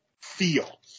feel